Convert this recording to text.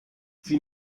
sie